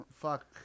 fuck